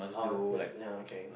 oh that's ya okay